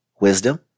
wisdom